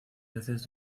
veces